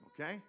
okay